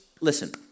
Listen